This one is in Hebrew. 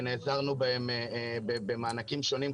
-- ונעזרנו בהם במענקים שונים,